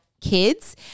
kids